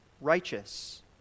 righteous